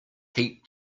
heat